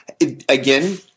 Again